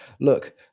Look